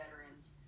veterans